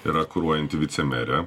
yra kuruojanti vicemere